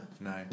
No